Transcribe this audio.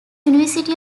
university